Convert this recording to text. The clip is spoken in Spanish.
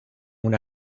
una